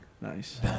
Nice